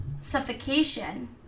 suffocation